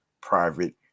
private